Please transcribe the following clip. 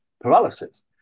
paralysis